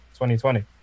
2020